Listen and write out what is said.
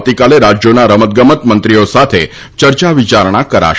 આવતીકાલે રાજ્યોના રમતગમત મંત્રીઓ સાથે ચર્ચા વિચારણા કરાશે